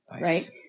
Right